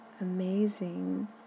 Amazing